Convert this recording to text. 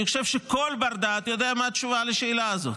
אני חושב שכל בר-דעת יודע מה התשובה לשאלה הזאת: